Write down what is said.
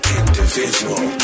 individual